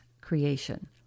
creation